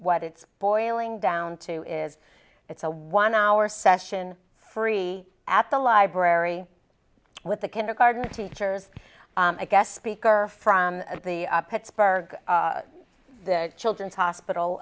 what it's boiling down to is it's a one hour session free at the library with the kindergarten teachers i guess speaker from the pittsburgh children's hospital